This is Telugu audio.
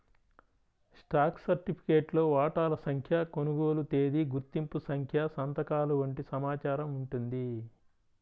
స్టాక్ సర్టిఫికేట్లో వాటాల సంఖ్య, కొనుగోలు తేదీ, గుర్తింపు సంఖ్య సంతకాలు వంటి సమాచారం ఉంటుంది